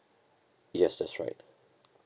yes that's right